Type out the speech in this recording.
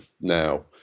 now